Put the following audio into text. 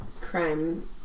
crime